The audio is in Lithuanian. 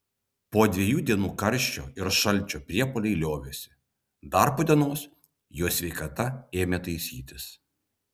po dviejų dienų karščio ir šalčio priepuoliai liovėsi dar po dienos jo sveikata ėmė taisytis